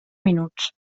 minuts